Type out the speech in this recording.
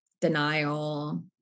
denial